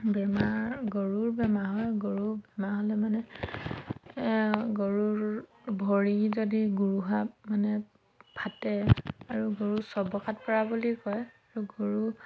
বেমাৰ গৰুৰ বেমাৰ হয় গৰুৰ বেমাৰ হ'লে মানে গৰুৰ ভৰি যদি গোৰোহা মানে ফাটে আৰু গৰু চবকাতপৰা বুলি কয় আৰু গৰু